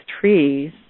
trees